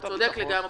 אתה צודק לגמרי.